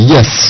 Yes